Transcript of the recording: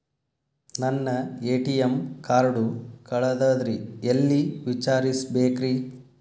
ನನ್ನ ATM card ಕಳದದ್ರಿ ಎಲ್ಲಿ ವಿಚಾರಿಸ್ಬೇಕ್ರಿ?